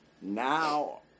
now